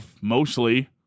mostly